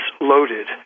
loaded